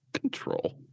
control